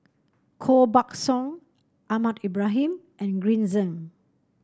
Koh Buck Song Ahmad Ibrahim and Green Zeng